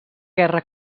guerra